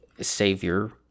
savior